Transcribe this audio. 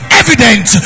evident